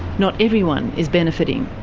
not everyone is benefitting.